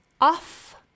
off